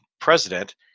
president